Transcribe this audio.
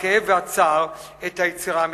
הכאב והצער את היצירה האמיתית.